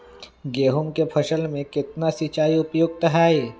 गेंहू के फसल में केतना सिंचाई उपयुक्त हाइ?